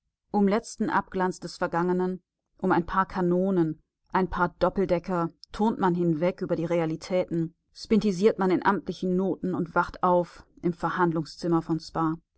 um letzten abglanz des vergangenen um ein paar kanonen ein paar doppeldecker turnt man hinweg über die realitäten spintisiert man in amtlichen noten und wacht auf im verhandlungszimmer von spa